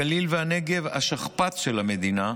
הגליל והנגב, השכפ"צ של המדינה,